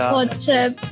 WhatsApp